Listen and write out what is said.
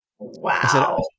Wow